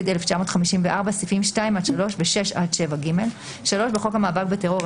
התשי"ד-1954 - סעיפים 2 עד 3 ו-6 עד 7ג. בחוק המאבק בטרור,